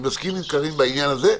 אני מסכים עם קארין בעניין הזה.